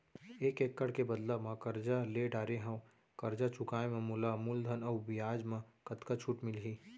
एक एक्कड़ के बदला म करजा ले डारे हव, करजा चुकाए म मोला मूलधन अऊ बियाज म कतका छूट मिलही?